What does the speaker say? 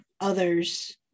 others